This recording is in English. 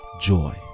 joy